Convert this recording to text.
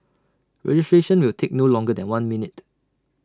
registration will take no longer than one minute